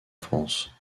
france